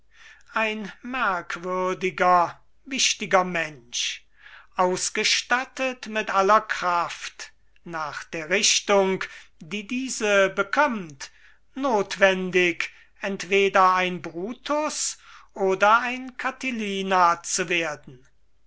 ein merkwürdiger wichtiger mensch ausgestattet mit aller kraft nach der richtung die diese bekömmt nothwendig entweder ein brutus oder ein katilina zu werden